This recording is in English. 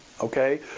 okay